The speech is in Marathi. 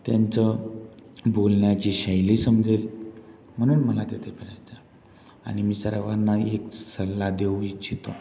त्यांची बोलण्याची शैली समजेल म्हणून मला तेथे फिरायचं आहे आणि मी सर्वांना एक सल्ला देऊ इच्छितो